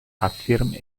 affirme